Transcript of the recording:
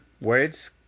words